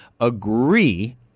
agree